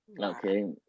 Okay